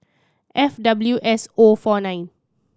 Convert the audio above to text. F W S O four nine